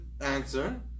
answer